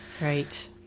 Right